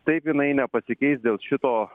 taip jinai nepasikeis dėl šito